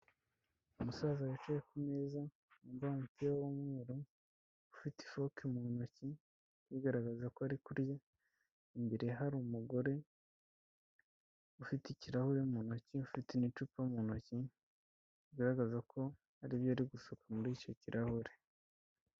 Umusaza wicaye ku meza wambaye umupira w'umweru ufite ifoke mu ntoki bigaragaza ko ari kurya, imbere hari umugore ufite ikirahuri mu ntoki ufite n'icupa mu ntoki bigaragaza ko hari ibyo ari gusuka muri icyo kirahure.